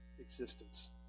existence